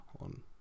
on